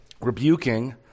rebuking